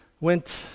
went